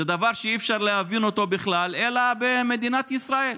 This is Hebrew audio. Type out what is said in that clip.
זה דבר שאי-אפשר להבין אותו בכלל אלא במדינת ישראל.